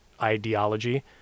ideology